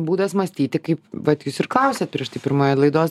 būdas mąstyti kaip vat jūs ir klausėt prieš tai pirmoje laidos